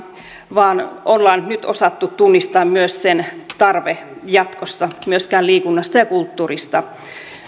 vaan ollaan nyt osattu tunnistaa myös sen tarve jatkossa ei myöskään liikunnasta ja kulttuurista